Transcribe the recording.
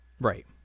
Right